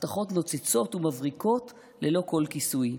הבטחות נוצצות ומבריקות ללא כל כיסוי,